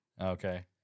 Okay